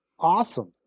awesome